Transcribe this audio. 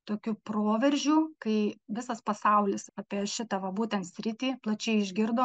tokiu proveržiu kai visas pasaulis apie šitą va būtent sritį plačiai išgirdo